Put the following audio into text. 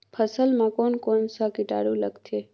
फसल मा कोन कोन सा कीटाणु लगथे?